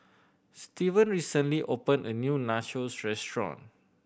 Steven recently opened a new Nachos Restaurant